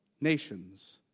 nations